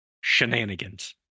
shenanigans